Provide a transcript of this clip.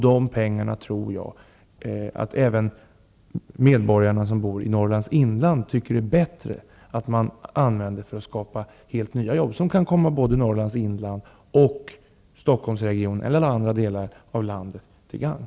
De pengarna tror jag att även de medborgare som bor i Norrlands inland tycker kan användas bättre för att skapa helt nya jobb, som kan komma både Norrlands inland och Stockholmsregionen eller andra delar av landet till gagn.